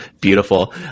beautiful